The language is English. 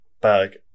bag